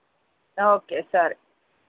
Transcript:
ఒకే సరే